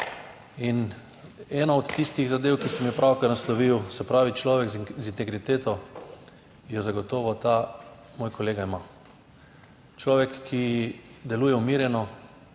in ena od tistih zadev, ki sem jo pravkar naslovil, se pravi človek z integriteto, je zagotovo ta moj kolega ima. Človek, ki deluje umirjeno.